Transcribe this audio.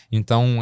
Então